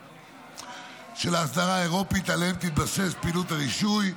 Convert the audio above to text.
של האסדרה האירופית עליהם תתבסס פעילות הרישוי,